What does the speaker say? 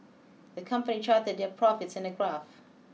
the company charted their profits in a graph